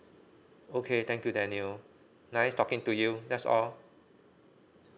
okay thank you daniel nice talking to you that's all